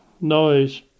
noise